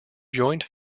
joint